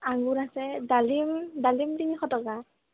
আঙুৰ আছে ডালিম ডামিল তিনিশ টকা